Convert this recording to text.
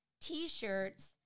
T-shirts